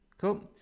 Cool